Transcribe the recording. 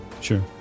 Sure